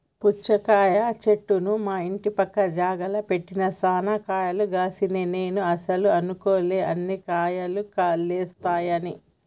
పుచ్చకాయ చెట్టును మా ఇంటి పక్క జాగల పెట్టిన చాన్నే కాయలు గాశినై నేను అస్సలు అనుకోలే అన్ని కాయలేస్తాయని